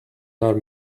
not